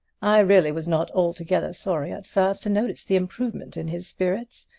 i really was not altogether sorry at first to notice the improvement in his spirits,